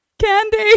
candy